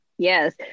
Yes